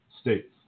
states